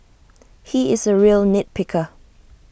he is A real nit picker